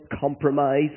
compromise